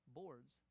boards